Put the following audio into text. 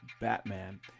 Batman